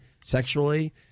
sexually